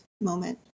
moment